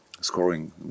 scoring